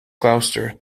gloucester